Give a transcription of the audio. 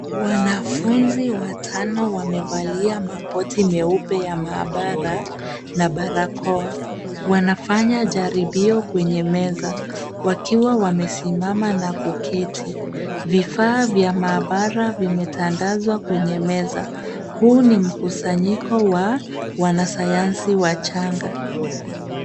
Wanafunzi watano wamevalia makoti meupe ya mahabara na barakoa. Wanafanya jaribio kwenye meza wakiwa wamesimama na kuketi. Vifaa vya mahabara vimetandazwa kwenye meza. Huu ni mkusanyiko wa wanasayansi wachanga.